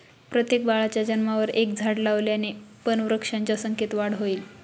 प्रत्येक बाळाच्या जन्मावर एक झाड लावल्याने पण वृक्षांच्या संख्येत वाढ होईल